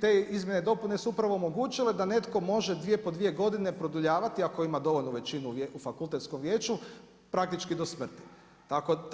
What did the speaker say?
te izmjene i dopune su upravo omogućili da netko može 2 po 2 godine produljivati, ako ima dovoljnu većinu u fakultetskom vijeću, praktički do smrti.